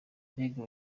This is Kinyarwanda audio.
mbega